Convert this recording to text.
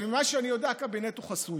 אבל ממה שאני יודע, הקבינט הוא חסוי.